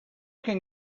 can